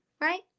right